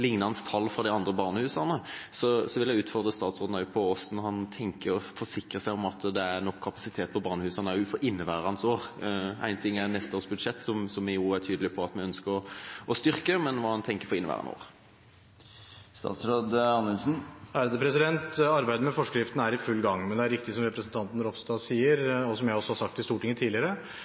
lignende tall fra de andre barnehusene. Så jeg vil utfordre statsråden på hvordan han tenker, og at han forsikrer seg om at det er nok kapasitet på barnehusene også for inneværende år. Én ting er neste års budsjett, som vi er tydelige på at vi ønsker å styrke, men hva tenker han for inneværende år? Arbeidet med forskriften er i full gang. Men det er riktig som representanten Ropstad sier – og som jeg også har sagt i Stortinget tidligere